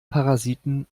parasiten